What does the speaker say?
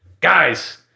guys